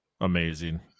Amazing